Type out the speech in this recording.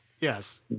Yes